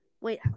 wait